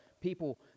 people